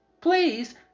Please